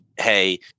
hey